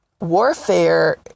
warfare